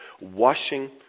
washing